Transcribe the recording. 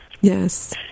Yes